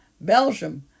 Belgium